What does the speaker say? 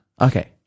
Okay